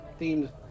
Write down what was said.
themed